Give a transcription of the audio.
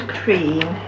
cream